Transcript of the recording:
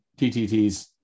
TTTs